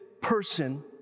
person